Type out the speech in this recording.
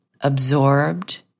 absorbed